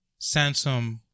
Samsung